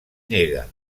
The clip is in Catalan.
nega